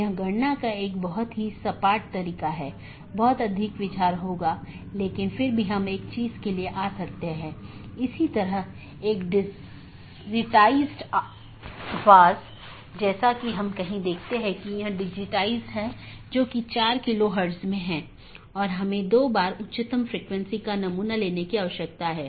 network layer की जानकारी क्या है इसमें नेटवर्क के सेट होते हैं जोकि एक टपल की लंबाई और उपसर्ग द्वारा दर्शाए जाते हैं जैसा कि 14 202 में 14 लम्बाई है और 202 उपसर्ग है और यह उदाहरण CIDR रूट है